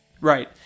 Right